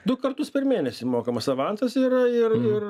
du kartus per mėnesį mokamas avansas yra ir ir